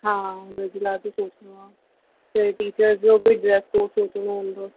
हा हुनजे लाइ बि सोचिणो आहे त टीचर्स जो बि ड्रेस कोड सोचंदा हलजो